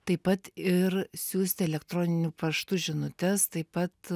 taip pat ir siųsti elektroniniu paštu žinutes taip pat